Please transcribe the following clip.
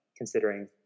considering